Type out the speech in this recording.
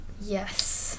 Yes